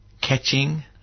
catching